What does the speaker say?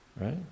Right